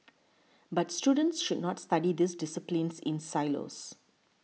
but students should not study these disciplines in silos